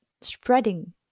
spreading